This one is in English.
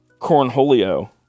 Cornholio